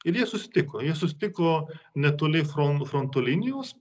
ir jie susitiko jie susitiko netoli fron fronto linijos